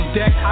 deck